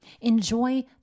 enjoy